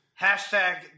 hashtag